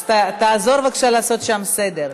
אז תעזור בבקשה לעשות שם סדר.